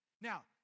Now